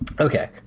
Okay